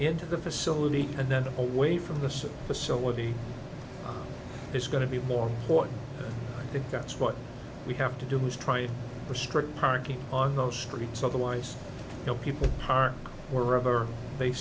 into the facility and then away from this facility is going to be more or i think that's what we have to do is try to restrict parking on those streets otherwise you know people are wherever they